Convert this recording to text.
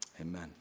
amen